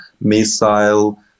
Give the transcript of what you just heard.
missile